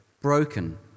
broken